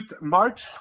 March